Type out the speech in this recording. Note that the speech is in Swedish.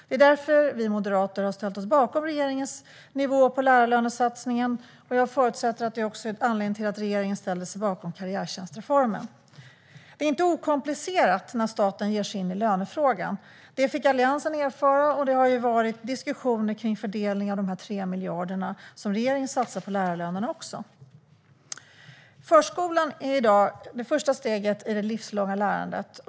Det är därför vi moderater har ställt oss bakom regeringens nivå på lärarlönesatsningen. Jag förutsätter att det också är anledningen till att regeringen ställde sig bakom karriärtjänstreformen. Det är inte okomplicerat när staten ger sig in i lönefrågan. Det fick Alliansen erfara, och det har också varit diskussioner kring fördelningen av de 3 miljarder som regeringen satsar på lärarlöner. Förskolan är i dag det första steget i det livslånga lärandet.